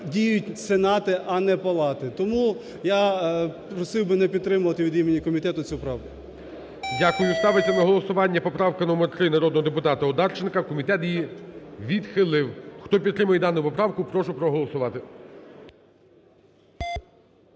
діють сенати, а не палати. Тому я просив би не підтримувати від імені комітету цю правку. ГОЛОВУЮЧИЙ. Дякую. Ставиться на голосування поправка номер 3 народного депутата Одарченка. Комітет її відхилив. Хто підтримує дану поправку, прошу проголосувати.